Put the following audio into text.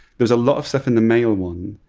there's a lot of stuff in the male one